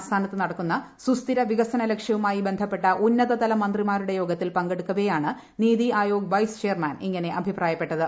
ആസ്ഥാനത്ത് നടക്കുന്ന സുസ്ഥിര വികസന ലക്ഷ്യവുമായി ബന്ധപ്പെട്ട ഉന്നതതല മന്ത്രിമാരുടെ യോഗത്തിൽ പങ്കെടുക്കവെയാണ് നീതി ആയോഗ് വൈസ് ചെയർമാൻ ഇങ്ങനെ അഭിപ്രായപ്പെട്ടത്